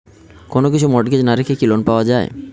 কোন কিছু মর্টগেজ না রেখে কি লোন পাওয়া য়ায়?